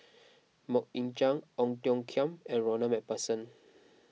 Mok Ying Jang Ong Tiong Khiam and Ronald MacPherson